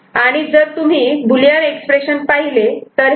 आणि जर तुम्ही बुलियन एक्सप्रेशन पाहिले तर हे A